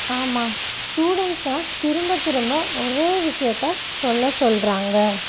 ஆமாம் ஸ்டூடண்ட்ஸை திரும்ப திரும்ப ஒரே விஷியத்தை சொல்லச் சொல்கிறாங்க